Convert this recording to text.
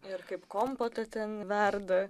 ir kaip kompotą ten verda